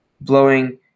blowing